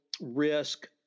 risk